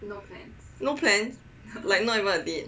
no plans like not even a bit